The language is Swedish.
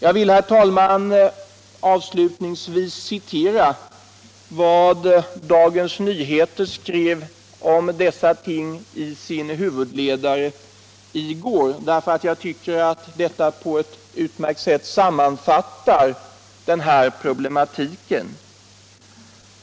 Jag vill, herr talman, avslutningsvis citera vad Dagens Nyheter skrev om dessa ting i sin huvudledare i går; jag tycker att det på ett utmärkt sätt sammanfattar problematiken.